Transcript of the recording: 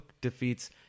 defeats